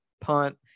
punt